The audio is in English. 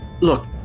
Look